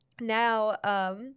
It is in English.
now